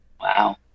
Wow